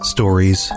Stories